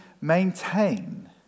maintain